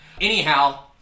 Anyhow